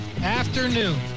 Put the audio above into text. afternoon